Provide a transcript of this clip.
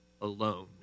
alone